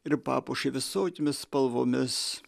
ir papuošė visokiomis spalvomis